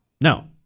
No